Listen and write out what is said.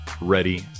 ready